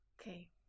okay